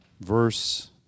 verse